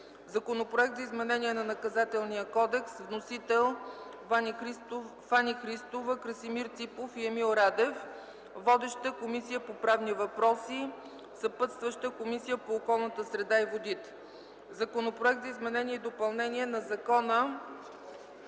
Законопроект за изменение на Наказателния кодекс. Вносители: Фани Христова, Красимир Ципов и Емил Радев. Водеща е Комисията по правни въпроси, разпределен е и на Комисията по околната среда и водите. Законопроект за изменение и допълнение на Закона